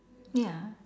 ya